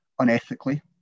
unethically